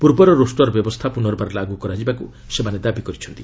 ପୂର୍ବର ରୋଷ୍ଟର ବ୍ୟବସ୍ଥା ପୁନର୍ବାର ଲାଗୁ କରାଯିବାକୁ ସେମାନେ ଦାବି କରିଛନ୍ତି